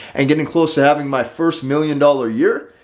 and getting close to having my first million dollar year,